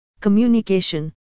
Communication